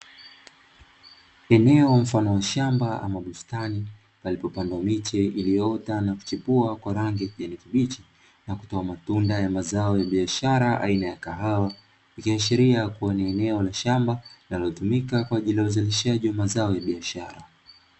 Eneo mfano wa shamba ama bustani palipopanda miche iliyoota na kuchipua kwa rangi ya kibichi na kutoa matunda ya mazao ya biashara aina ya kahawa, ikiashiria kuwa ni eneo la shamba linalotumika kwa ajili ya uzalishaji wa mazao ya biashara.